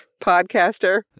podcaster